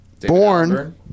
Born